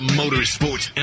motorsports